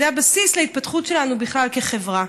זה הבסיס להתפתחות שלנו בכלל כחברה.